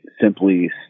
simply